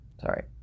Sorry